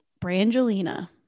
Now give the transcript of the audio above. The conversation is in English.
Brangelina